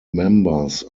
members